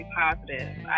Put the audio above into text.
positive